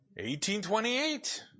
1828